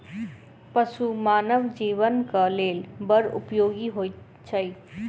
पशु मानव जीवनक लेल बड़ उपयोगी होइत छै